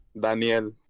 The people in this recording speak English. Daniel